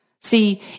See